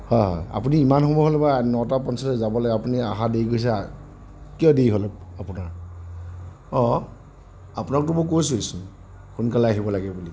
আপুনি ইমান সময় হ'ল নটা পঞ্চল্লিছত যাব লাগে আপুনি অহা দেৰি কৰিছে কিয় দেৰি হ'ল আপোনাৰ অ' আপোনাকতো মই কৈছোৱেচোন সোনকালে আহিব লাগে বুলি